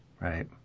Right